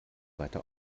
weiter